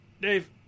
Dave